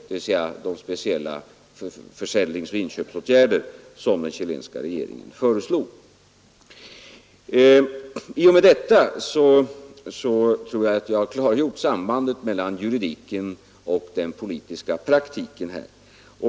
Jag menar då de speciella åtgärder i samband med försäljning och inköp som den chilenska regeringen föreslog. I och med detta tror jag att jag klargjort sambandet mellan juridiken och den politiska praktiken i denna fråga.